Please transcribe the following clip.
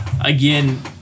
again